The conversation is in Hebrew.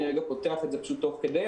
אני פותח את זה תוך כדי.